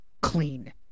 clean